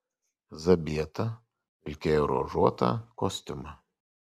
zabieta vilkėjo ruožuotą kostiumą